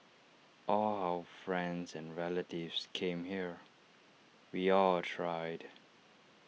all our friends and relatives came here we all tried